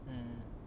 mm